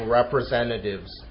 representatives